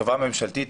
חברה ממשלתית,